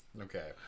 Okay